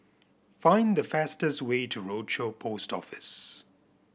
find the fastest way to Rochor Post Office